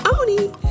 Oni